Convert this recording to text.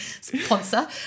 sponsor